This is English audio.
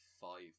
five